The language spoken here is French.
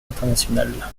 internationale